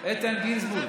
איתן גינזבורג.